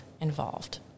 involved